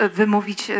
wymówić